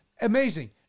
amazing